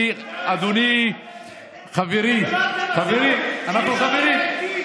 אדוני, חברי, אנחנו חברים.